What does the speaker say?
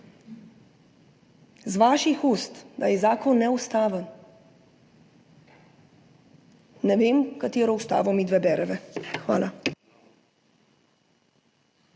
iz vaših ust, da je zakon neustaven, ne vem, katero ustavo midve bereva. Hvala.